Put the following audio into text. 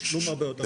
התשלום הרבה יותר,